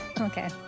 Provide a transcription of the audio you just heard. Okay